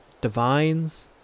divines